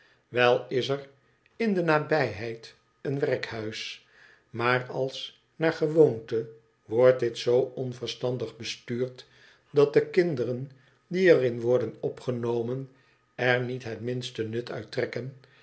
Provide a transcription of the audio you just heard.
is er in de nabijheid een werkhuis maar als naar gewoonte wordt dit zoo onverstandig bestuurd dat do kinderen die er in worden opgenomen er niet het minste nut uit trekken